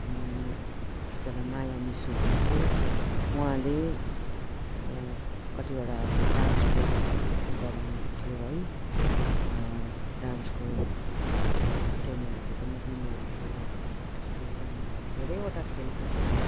एकजना माया मिस हुनुहुन्थ्यो उहाँले कतिवटा अब डान्स प्रोग्रामहरू पनि गराउनुहुन्थ्यो है डान्सको ट्रेनिङहरू पनि दिनुहुन्थ्यो हौ त्यस्तो अनि धेरैवटा खेलकुदहरू